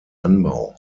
anbau